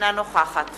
אינה נוכחת